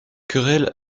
querelle